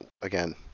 again